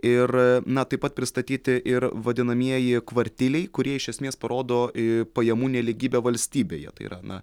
ir na taip pat pristatyti ir vadinamieji kvartiliai kurie iš esmės parodo pajamų nelygybę valstybėje tai yra na